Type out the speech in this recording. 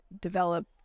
develop